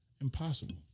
Impossible